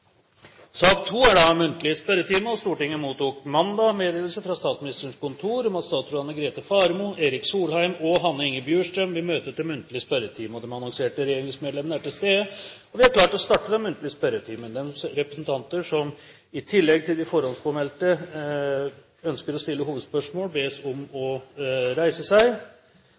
sak nr. 1. Presidenten vil foreslå at vi går til votering i saken umiddelbart, slik at vi får fordelt arbeidsoppgavene knyttet til statsbudsjettet. Stortinget mottok mandag meddelelse fra Statsministerens kontor om at statsrådene Grete Faremo, Erik Solheim og Hanne Inger Bjurstrøm vil møte til muntlig spørretime. De annonserte regjeringsmedlemmene er til stede, og vi er klare til å starte den muntlige spørretimen. De representanter som i tillegg til de forhåndspåmeldte ønsker å stille hovedspørsmål, bes om